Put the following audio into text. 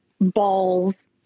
balls